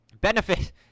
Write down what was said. benefit –